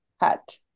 hat